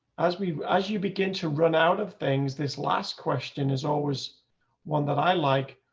as we as you begin to run out of things this last question is always one that i like,